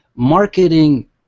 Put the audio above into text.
marketing